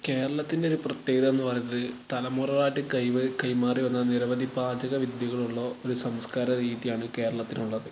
കേരളത്തിന്റെ ഒരു പ്രത്യേകത എന്നു പറയുന്നത് തലമുറകളായിട്ട് കൈ കൈമാറിവന്ന നിരവധി പാചക വിദ്യകളുള്ള ഒരു സംസ്കാര രീതിയാണ് കേരളത്തിനുള്ളത്